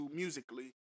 musically